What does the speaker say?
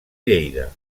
lleida